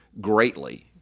greatly